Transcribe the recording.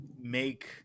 make